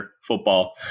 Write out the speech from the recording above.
football